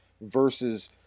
versus